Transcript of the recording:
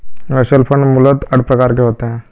mutual fund मूलतः आठ प्रकार के होते हैं